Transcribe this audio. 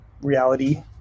reality